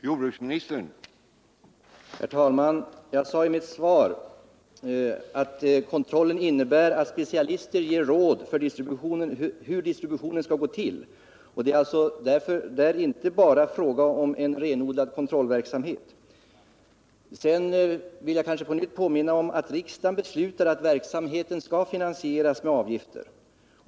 Herr talman! Jag sade i mitt svar att kontrollen innebär att specialister ger råd för hur distributionen skall gå till. Det är alltså inte bara fråga om en renodlad kontrollverksamhet. Sedan vill jag på nytt påminna om att riksdagen har beslutat att verksamheten skall finansieras med avgifter.